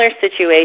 situation